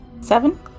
Seven